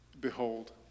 Behold